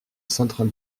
central